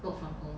work from home